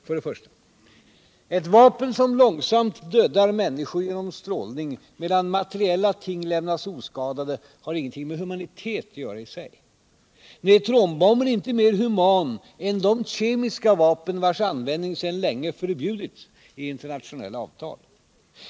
För det första — ett vapen som långsamt dödar människor genom strålning medan materiella ting lämnas oskadade har ingenting med humanitet att göra. Neutronbomben är inte mer human än de kemiska vapen vilkas användning sedan länge förbjudits i internationella avtal.